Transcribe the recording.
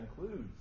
includes